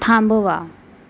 थांबवा